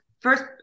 first